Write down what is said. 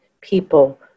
people